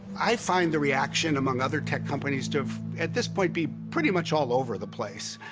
i find the reaction among other tech companies to, at this point, be pretty much all over the place.